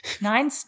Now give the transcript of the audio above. Nine